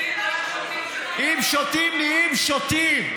אם שותים, נהיים שוטים.